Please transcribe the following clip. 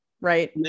right